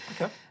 Okay